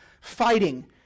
fighting